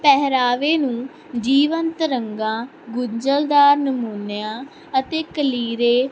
ਪਹਿਰਾਵੇ ਨੂੰ ਜੀਵਨ ਤਰੰਗਾਂ ਗੁੰਝਲਦਾਰ ਨਮੂਨਿਆਂ ਅਤੇ ਕਲੀਰੇ